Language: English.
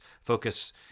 focus